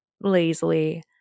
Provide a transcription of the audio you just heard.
lazily